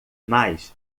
mais